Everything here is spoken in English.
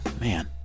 man